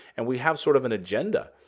and we have sort of an agenda,